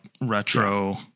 retro